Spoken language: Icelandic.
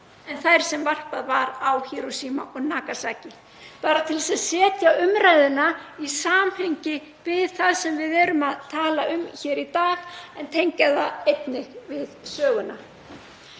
en þær sem varpað var á Hírósíma og Nagasaki, bara til að setja umræðuna í samhengi við það sem við erum að tala um hér í dag en tengja hana einnig við söguna.